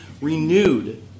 renewed